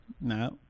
No